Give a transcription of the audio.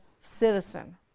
citizen